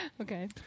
Okay